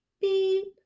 beep